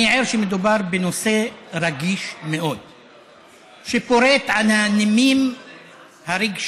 אני ער לכך שמדובר בנושא רגיש מאוד שפורט על הנימים הרגשיים